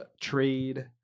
trade